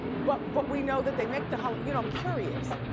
but, but we know that they make the holo, and you know i'm curious.